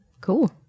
Cool